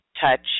touch